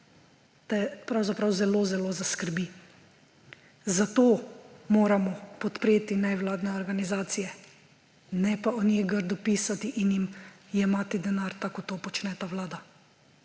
te pravzaprav zelo zelo zaskrbi. Zato moramo podpreti nevladne organizacije, ne pa o njih grdo pisati in jim jemati denar, tako kot to počne ta vlada.